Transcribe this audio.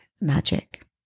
magic